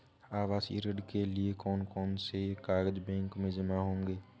आवासीय ऋण के लिए कौन कौन से कागज बैंक में जमा होंगे?